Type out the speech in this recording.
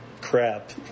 crap